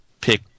pick